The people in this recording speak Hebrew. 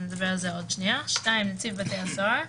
(2) נציב בתי הסוהר,